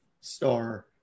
star